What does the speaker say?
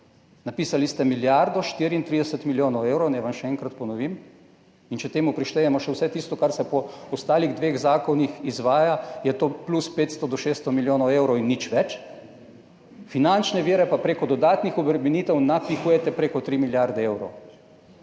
Napisali ste milijardo 34 milijonov evrov, naj vam še enkrat ponovim, če temu prištejemo še vse tisto, kar se po ostalih dveh zakonih izvaja, je to plus 500 do 600 milijonov evrov in nič več, finančne vire pa prek dodatnih obremenitev napihujete na prek 3 milijarde evrov.